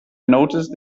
noticed